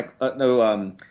no